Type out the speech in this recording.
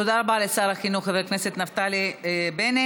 תודה רבה לשר החינוך, חבר הכנסת נפתלי בנט.